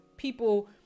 People